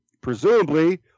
presumably